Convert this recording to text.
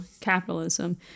capitalism